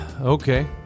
Okay